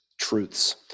truths